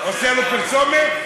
עושה לו פרסומת?